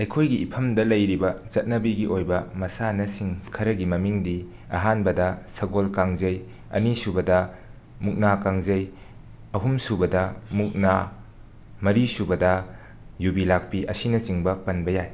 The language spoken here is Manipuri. ꯑꯩꯈꯣꯏꯒꯤ ꯏꯐꯝꯗ ꯂꯩꯔꯤꯕ ꯆꯠꯅꯕꯤꯒꯤ ꯑꯣꯏꯕ ꯃꯁꯥꯟꯅꯁꯤꯡ ꯈꯔꯒꯤ ꯃꯃꯤꯡꯗꯤ ꯑꯍꯥꯟꯕꯗ ꯁꯒꯣꯜ ꯀꯥꯡꯖꯩ ꯑꯅꯤꯁꯨꯕꯗ ꯃꯨꯛꯅꯥ ꯀꯥꯡꯖꯩ ꯑꯍꯨꯝꯁꯨꯕꯗ ꯃꯨꯛꯅꯥ ꯃꯔꯤꯁꯨꯕꯗ ꯌꯨꯕꯤ ꯂꯥꯛꯄꯤ ꯑꯁꯤꯅꯆꯤꯡꯕ ꯄꯟꯕ ꯌꯥꯏ